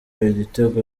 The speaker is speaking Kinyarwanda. ibitego